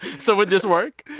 so would this work?